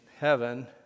heaven